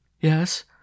Yes